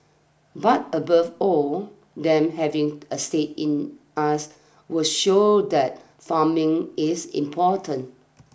but above all them having a stake in us will show that farming is important